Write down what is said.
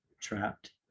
trapped